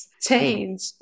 Change